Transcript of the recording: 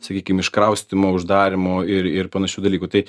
sakykim iškraustymo uždarymo ir ir panašių dalykų tai